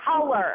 color